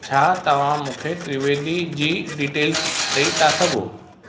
छा तव्हां मूंखे त्रिवेदी जी डिटेल्स ॾई था सघो